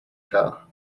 car